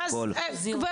יפה, אז אני,